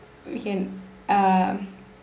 we can uh